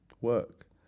work